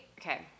okay